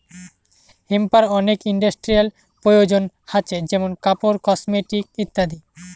হেম্পের অনেক ইন্ডাস্ট্রিয়াল প্রয়োজন হাছে যেমন কাপড়, কসমেটিকস ইত্যাদি